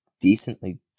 decently